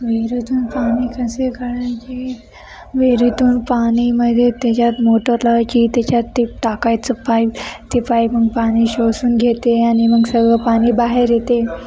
विहिरीतून पाणी कसे काढायचे विहिरीतून पाणीमध्ये त्याच्यात मोटर लावायची त्याच्यात ते टाकायचं पाईप ती पाईप मग पाणी शोसून घेते आणि मग सगळं पाणी बाहेर येते